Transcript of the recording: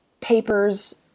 papers